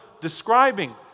describing